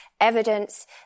evidence